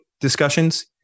Discussions